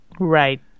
Right